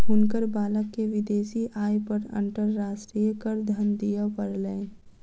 हुनकर बालक के विदेशी आय पर अंतर्राष्ट्रीय करधन दिअ पड़लैन